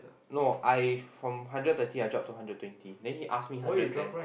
no I from hundred thirty drop to hundred twenty then he ask me hundred and ten